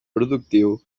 productiu